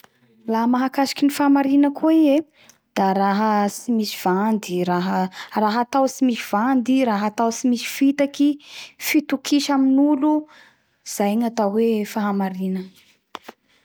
La mahakasiky ny famarina koa i e da raha tsy misy vandy raha raha atao tsy misy vandy raha atao tsy misy fitaky fitokisa amy nolo zay gnatao hoe fahamarina